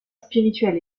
spirituel